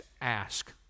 ask